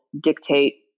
dictate